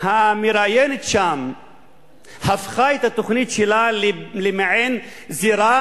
המראיינת שם הפכה את התוכנית שלה למעין זירה